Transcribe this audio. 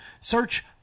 Search